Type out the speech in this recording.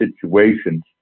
situations